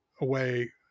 away